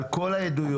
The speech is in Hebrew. על כל העדויות,